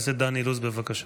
חבר הכנסת דן אילוז, בבקשה.